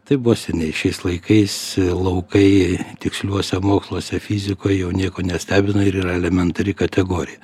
tai buvo seniai šiais laikais laukai tiksliuose moksluose fizikoj jau nieko nestebina ir yra elementari kategorija